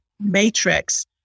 matrix